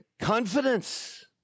Confidence